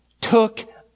took